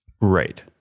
Right